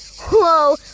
Whoa